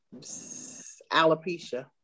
alopecia